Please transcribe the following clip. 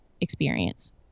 experience